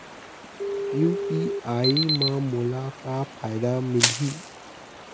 UPI म मोला का फायदा मिलही?